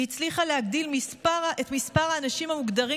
היא הצליחה להגדיל את מספר האנשים המוגדרים